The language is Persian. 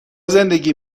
زندگی